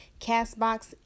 CastBox